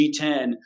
G10